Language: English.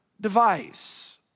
device